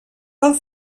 pel